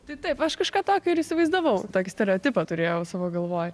tai taip aš kažką tokio ir įsivaizdavau tokį stereotipą turėjau savo galvoj